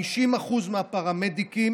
50% מהפרמדיקים